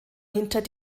hinter